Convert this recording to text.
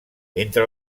entre